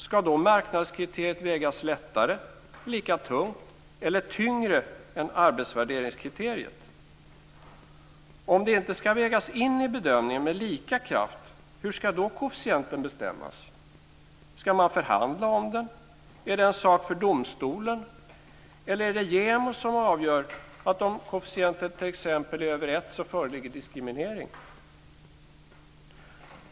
Ska då marknadskriteriet vägas lättare, lika tungt eller tyngre än arbetsvärderingskriteriet? Om det inte ska vägas in i bedömningen med lika kraft, hur ska då koefficienten bestämmas? Ska man förhandla om den? Är den en sak för domstolen? Eller är det JämO som avgör att om koefficienten är t.ex. över 1 föreligger diskriminering?